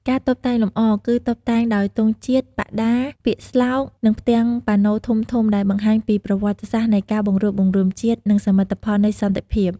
ការតុបតែងលម្អ គឺតុបតែងដោយទង់ជាតិ បដា ពាក្យស្លោក និងផ្ទាំងប៉ាណូធំៗដែលបង្ហាញពីប្រវត្តិសាស្ត្រនៃការបង្រួបបង្រួមជាតិ និងសមិទ្ធផលនៃសន្តិភាព។